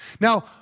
Now